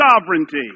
sovereignty